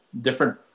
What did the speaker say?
different